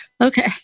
Okay